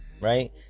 right